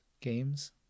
games